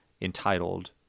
entitled